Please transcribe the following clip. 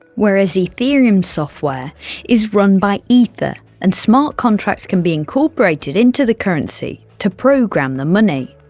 whereas ethereum software is run by ether, and smart contracts can be incorporated into the currency to program the money.